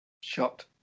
Shot